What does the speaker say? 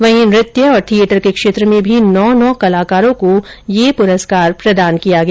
वहीं नृत्य और थिएटर के क्षेत्र में भी नौ नौ कलाकारों को यह पुरस्कार प्रदान किया गया